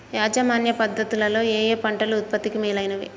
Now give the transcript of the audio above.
యాజమాన్య పద్ధతు లలో ఏయే పంటలు ఉత్పత్తికి మేలైనవి?